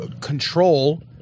control –